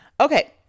Okay